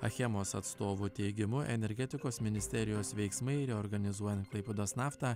achemos atstovų teigimu energetikos ministerijos veiksmai reorganizuojant klaipėdos naftą